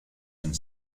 and